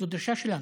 זו דרישה שלנו.